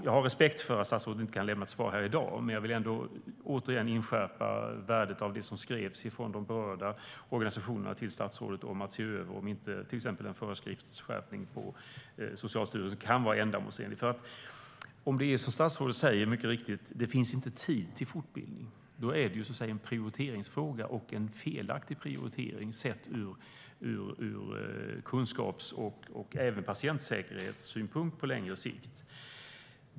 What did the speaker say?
Jag har respekt för att statsrådet inte kan lämna ett svar här i dag, men jag vill återigen inskärpa värdet av det som skrevs till statsrådet från de berörda organisationerna om att se över om inte till exempel en föreskriftsskärpning från Socialstyrelsen kunde vara ändamålsenlig. Om det är som statsrådet säger, att det inte finns tid till fortbildning, är det en prioriteringsfråga. Det är en felaktig prioritering ur kunskaps och patientsäkerhetssynpunkt på längre sikt.